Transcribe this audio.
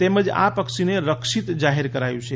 તેમજ આ પક્ષીને રક્ષિત જાહેર કરાયું છે